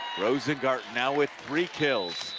rosengarten now with three kills